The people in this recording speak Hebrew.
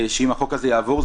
שאם החוק הזה יעבור,